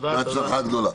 בהצלחה גדולה.